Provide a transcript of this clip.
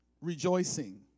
rejoicing